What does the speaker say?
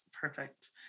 Perfect